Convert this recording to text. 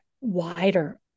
wider